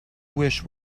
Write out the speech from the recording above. wish